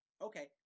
Okay